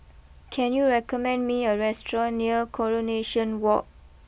can you recommend me a restaurant near Coronation walk